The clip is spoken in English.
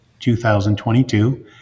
2022